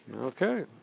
Okay